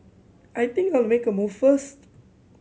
I think I'll make a move first